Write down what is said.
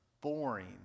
boring